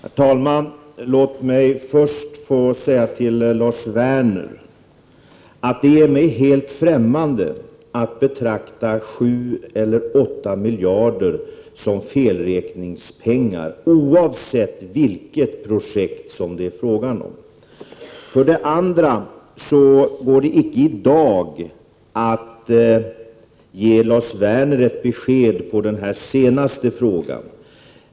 Herr talman! Låt mig först till Lars Werner säga att det är mig helt främmande att betrakta 7 eller 8 miljarder som felräkningspengar oavsett vilket projekt det är fråga om. För det andra går det icke i dag att ge Lars Werner ett besked på den fråga han sist ställde.